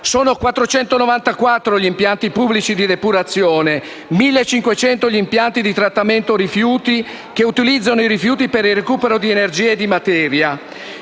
Sono 494 gli impianti pubblici di depurazione e 1.500 gli impianti di trattamento che utilizzano i rifiuti per il recupero di energia e di materia.